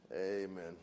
Amen